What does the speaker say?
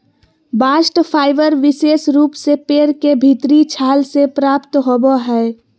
bast fibre विशेष रूप से पेड़ के भीतरी छाल से प्राप्त होवो हय